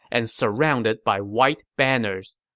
and surrounded by white banners.